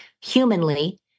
humanly